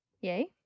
Yay